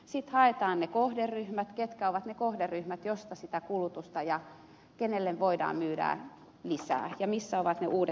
sitten haetaan ne kohderyhmät ketkä ovat ne kohderyhmät joista sitä kulutusta löytyy ja kenelle voidaan myydä lisää ja missä ovat ne uudet kohderyhmät